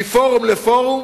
מפורום לפורום,